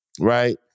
right